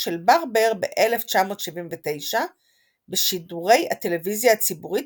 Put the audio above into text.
של בארבר ב-1979 בשידורי הטלוויזיה הציבורית